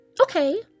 okay